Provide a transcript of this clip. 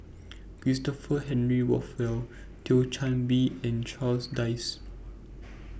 Christopher Henry Rothwell Thio Chan Bee and Charles Dyce